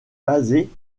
basée